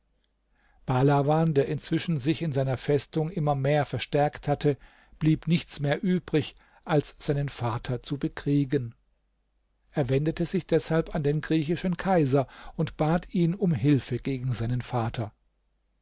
bahlawan der inzwischen sich in seiner festung immer mehr verstärkt hatte blieb nichts mehr übrig als seinen vater zu bekriegen er wendete sich deshalb an den griechischen kaiser und bat ihn um hilfe gegen seinen vater